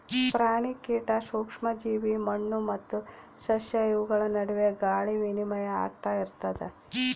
ಪ್ರಾಣಿ ಕೀಟ ಸೂಕ್ಷ್ಮ ಜೀವಿ ಮಣ್ಣು ಮತ್ತು ಸಸ್ಯ ಇವುಗಳ ನಡುವೆ ಗಾಳಿ ವಿನಿಮಯ ಆಗ್ತಾ ಇರ್ತದ